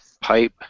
Pipe